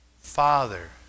Father